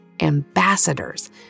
ambassadors